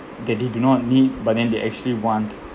that they do not need but then they actually want